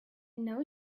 know